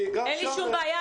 כי גם שם --- אין לי שום בעיה,